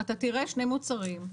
אתה תראה שני מוצרים.